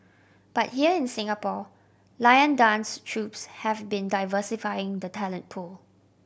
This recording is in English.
but here in Singapore lion dance troupes have been diversifying the talent pool